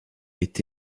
est